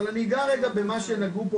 אבל אני אגע רגע במה שנגעו פה,